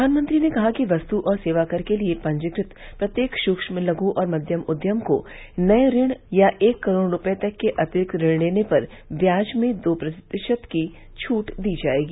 प्रधानमंत्री ने कहा कि वस्तु और सेवाकर के लिए पंजीकृत प्रत्येक सूक्ष्म लघु और मध्यम उद्यम को नये ऋण या एक करोड़ रूपये तक के अतिरिक्त ऋण लेने पर ब्याज में दो प्रतिशत की छूट दी जायेगी